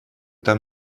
там